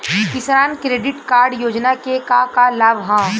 किसान credit card योजना के का का लाभ ह?